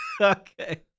Okay